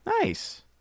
Nice